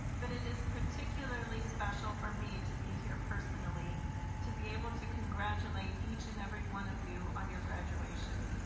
but it is particularly special for me to be here personally to be able to congratulate each and every one of you on your graduation.